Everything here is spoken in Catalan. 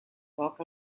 poc